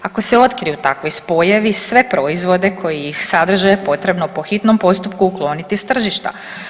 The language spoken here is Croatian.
Ako se otkriju takvi spojevi, sve proizvode koji ih sadrže potrebno po hitnom postupku ukloniti s tržišta.